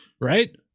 Right